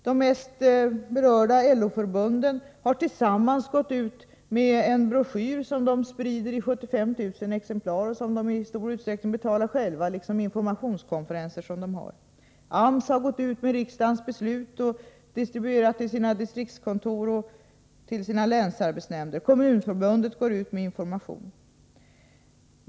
De mest berörda LO-förbunden har tillsammans gått ut med en broschyr i 75 000 exemplar som de i stor utsträckning betalar själva liksom sina informationskonferenser. AMS har distribuerat information om riksdagens beslut till sina distriktskontor och till länsarbetsnämnderna. Även Kommunförbundet informerar.